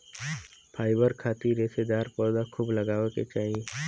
fibre खातिर रेशेदार पौधा खूब लगावे के चाही